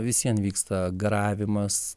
vis vien vyksta garavimas